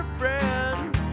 friends